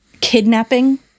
kidnapping